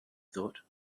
thought